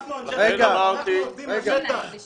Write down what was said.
אז לעשות את זה כוועדה משותפת עם ועדת --- לא,